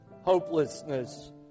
hopelessness